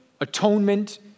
atonement